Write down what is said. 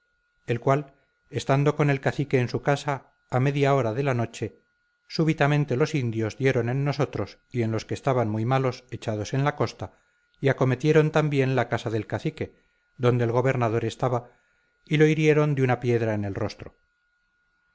el cual estando con el cacique en su casa a media hora de la noche súbitamente los indios dieron en nosotros y en los que estaban muy malos echados en la costa y acometieron también la casa del cacique donde el gobernador estaba y lo hirieron de una piedra en el rostro